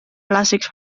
clàssics